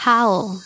Howl